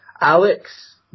Alex